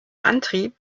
antrieb